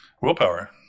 Willpower